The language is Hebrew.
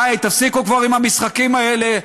די, תפסיקו כבר עם המשחקים האלה.